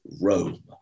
Rome